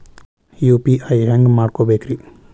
UPI ಹ್ಯಾಂಗ ಮಾಡ್ಕೊಬೇಕ್ರಿ?